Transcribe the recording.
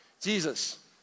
Jesus